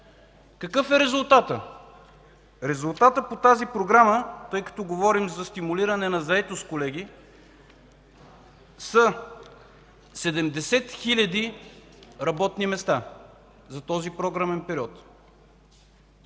Какъв е резултатът? Резултатът по тази програма, тъй като говорим за стимулиране на заетост, колеги, са: 70 хиляди работни места за този програмен период.